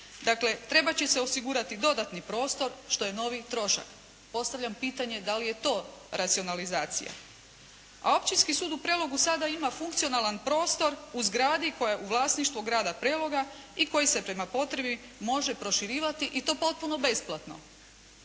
Dakle, trebat će se osigurati dodatni prostor što je novi trošak. Postavljam pitanje da li je to racionalizacija? A Općinski sud u Prelogu sada ima funkcionalan prostor u zgradi koja je u vlasništvu grada Preloga i koji se prema potrebi može proširivati i to potpuno besplatno.